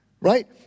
right